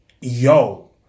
yo